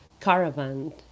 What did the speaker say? caravan